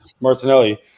Martinelli